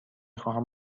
خواهم